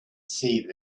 see